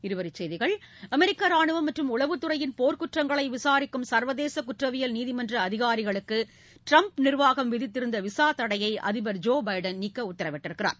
இருவரி செய்திகள் அமெிக்க ராணுவம் மற்றும் உளவுத் துறையின் போா்க் குற்றங்களை விசாரிக்கும் சா்வதேச குற்றவியல் நீதிமன்ற அதிகாரிகளுக்கு ட்ரம்ப் நிர்வாகம் விதித்த விசா தடையை அதிபர் ஜோ படன் நீக்கி உத்தரவிட்டுள்ளார்